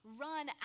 run